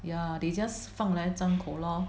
ya they just 饭来张口 lor